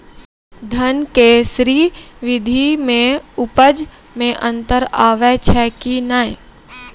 धान के स्री विधि मे उपज मे अन्तर आबै छै कि नैय?